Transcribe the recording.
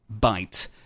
bite